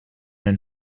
hun